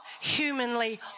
humanly